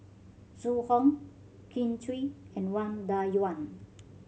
Zhu Hong Kin Chui and Wang Dayuan